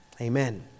Amen